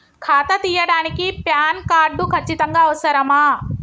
ఖాతా తీయడానికి PAN card ఖచ్చితంగా అవసరమా?